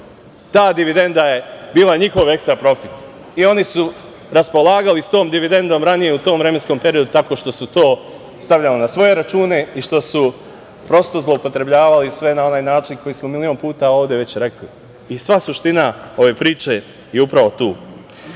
Ta dividenda je bila njihov ekstra profit i oni su raspolagali sa tom dividendom ranije u tom vremenskom periodu tako što su to stavljali na svoje račune i što su prosto zloupotrebljavali sve na onaj način koji smo milion puta ovde već rekli. Sva suština ove priče je upravo tu.